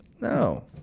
No